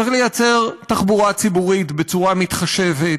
צריך לייצר תחבורה ציבורית בצורה מתחשבת,